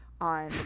on